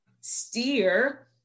steer